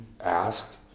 ask